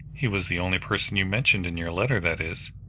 he was the only person you mentioned in your letter-that is,